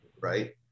right